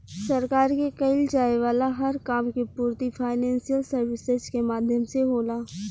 सरकार के कईल जाये वाला हर काम के पूर्ति फाइनेंशियल सर्विसेज के माध्यम से होला